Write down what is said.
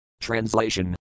Translation